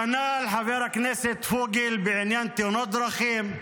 כנ"ל, חבר הכנסת פוגל, בעניין תאונות דרכים.